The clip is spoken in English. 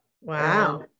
Wow